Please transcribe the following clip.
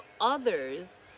others